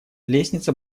лестница